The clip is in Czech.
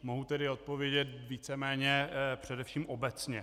Mohu tedy odpovědět víceméně především obecně.